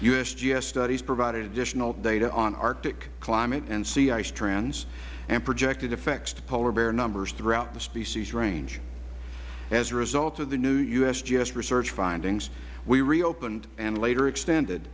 usgs studies provided additional data on arctic climate and sea ice trends and projected effects to polar bear numbers throughout the species range as a result of the new usgs research findings we reopened and later extended